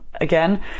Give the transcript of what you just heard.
again